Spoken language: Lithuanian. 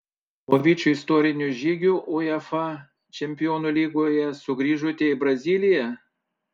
po vyčio istorinio žygio uefa čempionų lygoje sugrįžote į braziliją